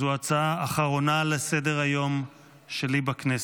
זו הצעה אחרונה לסדר-היום שלי בכנסת.